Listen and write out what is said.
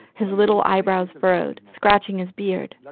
his little eyebrows furrowed, scratching his beard. ah